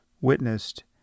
witnessed